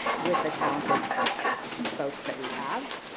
with the talented folks that we have.